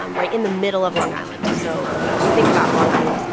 um right in the middle of long island. so if you think about long island,